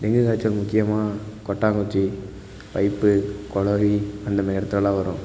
dengue காய்ச்சல் முக்கியமாக கொட்டாங்குச்சி பைப் கொழாயி அந்தமாரி இடத்துலலாம் வரும்